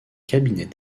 cabinet